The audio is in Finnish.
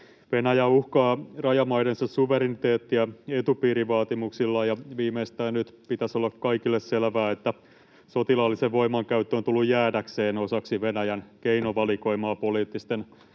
Venäjä uhkaa rajamaidensa suvereniteettia etupiirivaatimuksillaan, ja viimeistään nyt pitäisi olla kaikille selvää, että sotilaallinen voimankäyttö on tullut jäädäkseen osaksi Venäjän keinovalikoimaa poliittisten tavoitteiden